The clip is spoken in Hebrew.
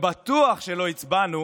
ובטוח שלא הצבענו